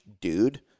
dude